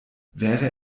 wäre